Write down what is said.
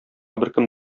беркем